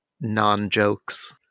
non-jokes